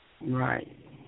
Right